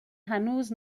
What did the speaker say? هنوز